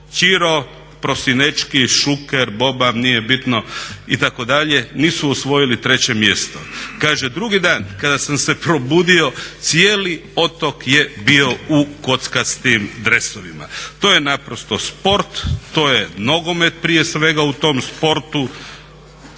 Čiro, Prosinečki, Šuker, Boban, nije bitno itd., nisu osvojili 3. mjesto. Kaže, drugi dan kada sam se probudio cijeli otok je bio u kockastim dresovima. To je naprosto sport, to je nogomet prije svega u tom sportu.